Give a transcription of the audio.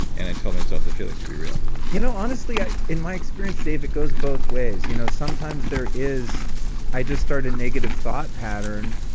and i told myself the feeling to be real you know, honestly, in my experience, dave, it goes both ways. you know sometimes there is i just start a negative thought pattern,